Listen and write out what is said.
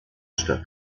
statt